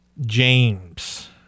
James